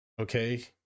okay